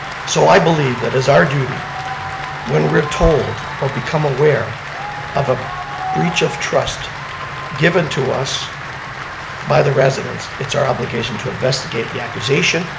so i believe that as our duty when we're told or become aware of a breach of trust given to us by the residents, it's our obligation to investigate the accusation,